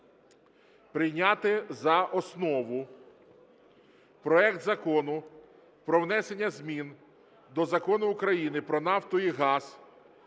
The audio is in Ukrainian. прийняти за основу проект Закону про внесення змін до Закону України "Про нафту і газ"